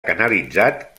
canalitzat